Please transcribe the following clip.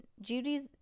Judy's